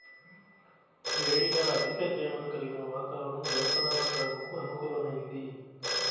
వేడిగా అధిక తేమను కలిగిన వాతావరణం జనపనార సాగుకు అనుకూలమైంది